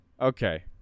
okay